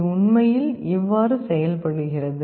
இது உண்மையில் இவ்வாறு செயல்படுகிறது